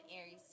Aries